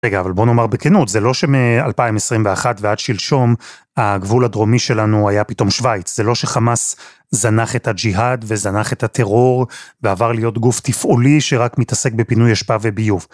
רגע, אבל בוא נאמר בכנות, זה לא שמ-2021 ועד שלשום הגבול הדרומי שלנו היה פתאום שווייץ, זה לא שחמאס זנח את הג'יהאד וזנח את הטרור ועבר להיות גוף תפעולי שרק מתעסק בפינוי אשפה וביוב.